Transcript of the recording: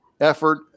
effort